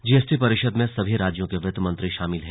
GST परिषद में सभी राज्यों के वित्त मंत्री शामिल हैं